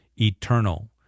eternal